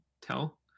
tell